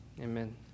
Amen